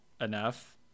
enough